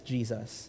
Jesus